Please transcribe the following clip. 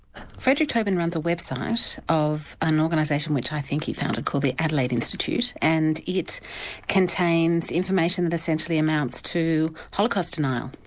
fredrick toben runs a website of an organisation which i think he founded called the adelaide institute, and it contains information that essentially amounts to holocaust denial,